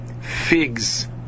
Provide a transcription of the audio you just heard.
figs